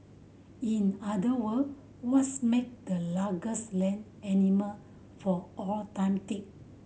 in other word what's make the largest land animal for all time tick